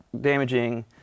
damaging